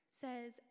says